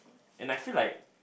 and I feel like